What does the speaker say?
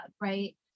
right